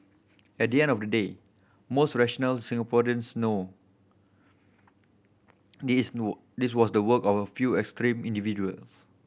at the end of the day most rational Singaporeans know this this was the work of a few extreme individual